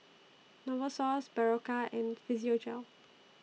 Novosource Berocca and Physiogel